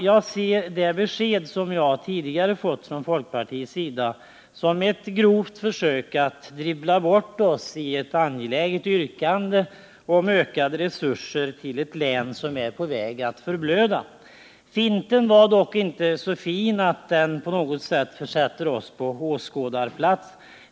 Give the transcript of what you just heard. Jag ser det besked som jag tidigare fått från folkpartiets sida som ett grovt försök att dribbla bort ett angeläget yrkande om ökade resurser till ett län som är på väg att förblöda. Finten var dock inte så fin att den på något sätt försätter oss på åskådarplats.